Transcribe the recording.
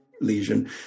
lesion